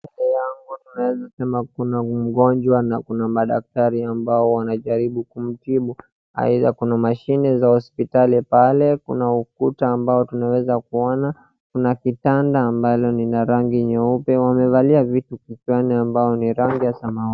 Mbele yangu naweza sema kuna mgonjwa na kuna madaktari ambao wanajaribu kumtibu. Either kuna mashine za hospitali pale, kuna ukuta ambao tunaweza kuona, kuna kitanda ambalo lina rangi nyeupe. Wamevalia vitu kichwani ambayo ni rangi ya samawati.